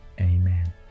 Amen